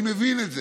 אני מבין את זה.